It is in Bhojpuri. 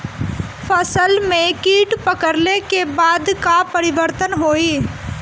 फसल में कीट पकड़ ले के बाद का परिवर्तन होई?